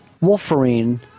Wolverine